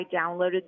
downloaded